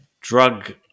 drug